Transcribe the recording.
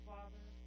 Father